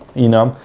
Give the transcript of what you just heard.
you know,